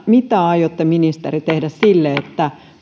mitä aiotte ministeri tehdä sille että